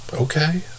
okay